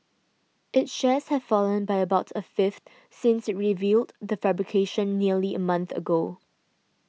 its shares have fallen by about a fifth since it revealed the fabrication nearly a month ago